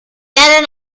get